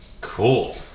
Cool